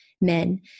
men